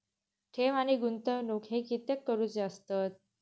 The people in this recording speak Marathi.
ठेव आणि गुंतवणूक हे कित्याक करुचे असतत?